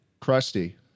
Crusty